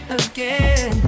again